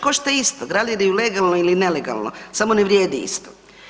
košta isto, gradili ju legalno ili nelegalno, samo ne vrijedi isto.